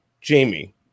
Jamie